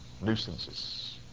nuisances